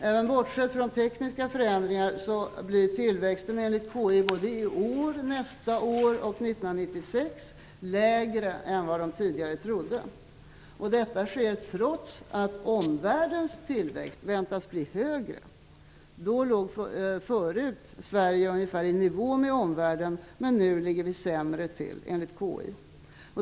Även bortsett från tekniska förändringar blir tillväxten enligt KI i år, nästa år och 1996 lägre än man tidigare trott. Detta sker trots att omvärldens tillväxt väntas bli högre. Förut låg Sverige ungefär i nivå med omvärlden. Men nu ligger vi sämre till enligt KI.